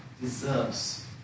deserves